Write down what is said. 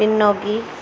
பின்னோக்கி